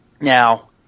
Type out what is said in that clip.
Now